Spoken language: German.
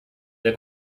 der